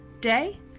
day